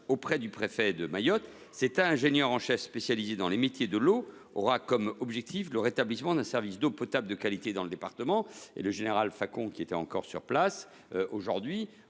du plan Eau de Mayotte. Cet ingénieur en chef, spécialisé dans les métiers de l’eau, aura comme objectif le rétablissement d’un service d’eau potable de qualité dans le département. Le général Facon, qui était encore sur place aujourd’hui,